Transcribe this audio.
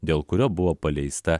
dėl kurio buvo paleista